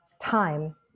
time